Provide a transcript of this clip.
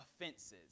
offenses